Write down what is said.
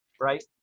right